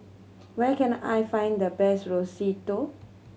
where can I find the best